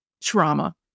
trauma